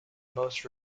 most